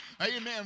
Amen